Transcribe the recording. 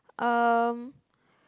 um